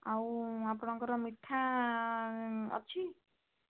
ଆଉ ଆପଣଙ୍କର ମିଠା ଅଛି